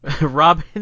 Robin